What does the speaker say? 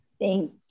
Thank